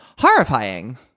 horrifying